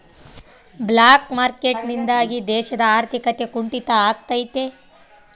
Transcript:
block market ನಿಂದಾಗಿ ದೇಶದ ಆರ್ಥಿಕತೆ ಕುಂಟಿತ ಆಗ್ತೈತೆ